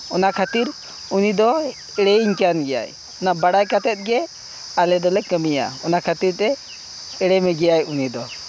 ᱚᱱᱟ ᱠᱷᱟᱹᱛᱤᱨ ᱩᱱᱤ ᱫᱚᱭ ᱞᱟᱹᱭᱟᱹᱧ ᱠᱟᱱ ᱜᱮᱭᱟᱭ ᱚᱱᱟ ᱵᱟᱲᱟᱭ ᱠᱟᱛᱮ ᱜᱮ ᱟᱞᱮ ᱫᱚᱞᱮ ᱠᱟᱹᱢᱤᱭᱟ ᱚᱱᱟ ᱠᱷᱟᱹᱛᱤᱨ ᱛᱮ ᱮᱲᱮ ᱢᱮᱜᱮᱭᱟᱭ ᱩᱱᱤ ᱫᱚ